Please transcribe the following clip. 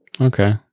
Okay